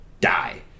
die